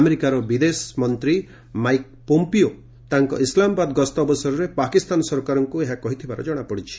ଆମେରିକାର ବିଦେଶ ମନ୍ତ୍ରୀ ମାଇକ୍ ପୋମ୍ପିଓ ତାଙ୍କ ଇସ୍ଲାମାବାଦ ଗସ୍ତ ଅବସରରେ ପାକିସ୍ତାନ ସରକାରଙ୍କୁ ଏହା କହିଥିବା ଜଣାପଡ଼ିଛି